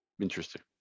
interesting